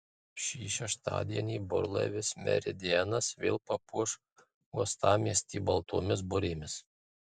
šį šeštadienį burlaivis meridianas vėl papuoš uostamiestį baltomis burėmis